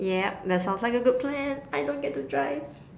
yup that sounds like a good plan I don't get to drive